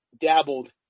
dabbled